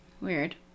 Weird